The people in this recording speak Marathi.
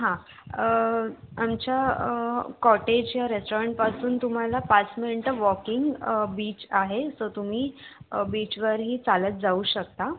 हां आमच्या कॉटेज रेस्टाॅरंटपासून तुम्हाला पाच मिनटं वॉकिंग बीच आहे सो तुम्ही बीचवरही चालत जाऊ शकता